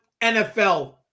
NFL